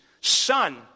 son